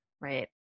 right